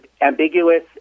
ambiguous